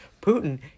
Putin